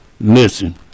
Listen